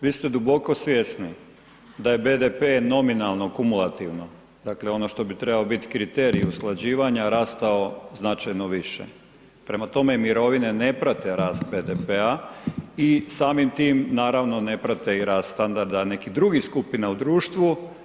Vi ste duboko svjesni da je BDP nominalno, kumulativno dakle ono što bi trebao biti kriterij usklađivanja, rastao značajno više prema tome mirovine ne prate rast BDP-a i samim tim naravno ne prate i rast standarda nekih drugih skupina u društvu.